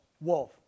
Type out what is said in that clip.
wolf